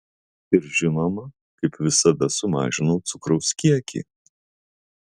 ir žinoma kaip visada sumažinau cukraus kiekį